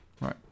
Right